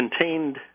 contained